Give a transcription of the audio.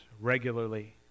regularly